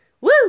Woo